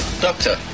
doctor